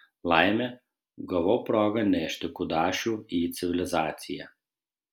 laimė gavau progą nešti kudašių į civilizaciją